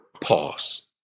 pause